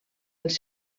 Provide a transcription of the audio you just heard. els